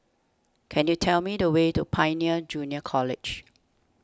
could you tell me the way to Pioneer Junior College